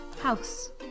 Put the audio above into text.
house